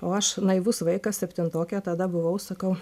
o aš naivus vaikas septintokė tada buvau sakau